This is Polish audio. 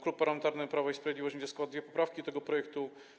Klub Parlamentarny Prawo i Sprawiedliwość będzie składał dwie poprawki do tego projektu.